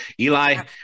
Eli